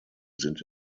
sind